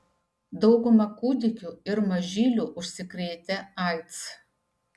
dauguma kūdikių ir mažylių užsikrėtę aids